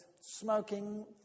smoking